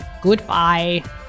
Goodbye